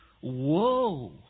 whoa